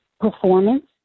performance